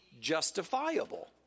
justifiable